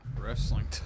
Wrestling